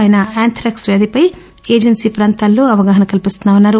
ఆయన ఆంథ్రాక్స్ వ్యాధిపై ఏజెన్సీ ప్రాంతాల్లో అవగాహన కల్పిస్తున్నా మని తెలిపారు